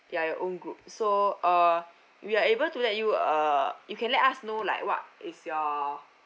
ya your own group so uh we are able to let you uh you can let us know like what is your